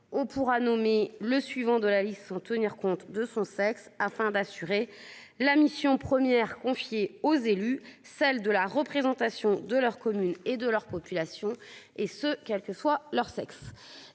On pourra nommer le suivant de la liste sans tenir compte de son sexe afin d'assurer la mission première confiée aux élus, celle de la représentation de leur commune et de leur population, et ce quel que soit leur sexe